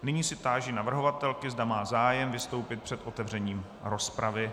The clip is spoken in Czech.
Nyní se táži navrhovatelky, zda má zájem vystoupit před otevřením rozpravy.